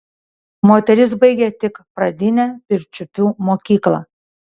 moteris baigė tik pradinę pirčiupių mokyklą